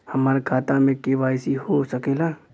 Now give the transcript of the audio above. हमार खाता में के.वाइ.सी हो सकेला?